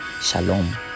shalom